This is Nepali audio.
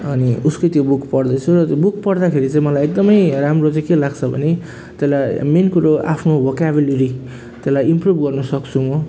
अनि उ त्यो बुक पढ्दैछु र बुक पढ्दाखेरि चाहिँ मलाई एकदमै राम्रो चाहिँ के लाग्छ भने त्यसलाई मेन कुरो आफ्नो भोकाबुलेरी त्यसलाई इम्प्रुभ गर्नुसक्छु म